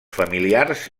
familiars